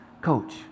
coach